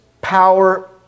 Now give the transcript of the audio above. power